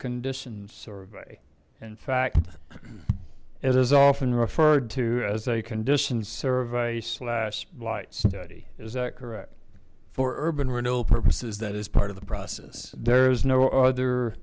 condition survey in fact it is often referred to as a condition survey slash blight study is that correct for urban renewal purposes that is part of the process there is no other